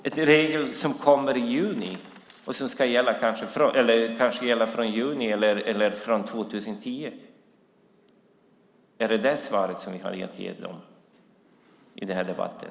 En regel som kanske ska gälla från juni eller från 2010, är det svaret som vi har att ge dem i den här debatten?